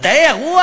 מדעי הרוח?